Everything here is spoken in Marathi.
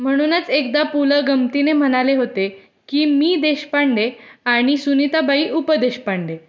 म्हणूनच एकदा पु ल गमतीने म्हणाले होते की मी देशपांडे आणि सुनीताबाई उपदेशपांडे